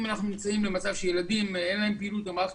אם אנחנו נמצאים במצב שלילדים אין פעילות במערכת,